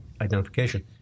identification